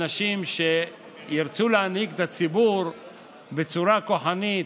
אנשים שירצו להנהיג את הציבור בצורה כוחנית,